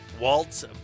Waltz